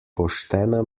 poštena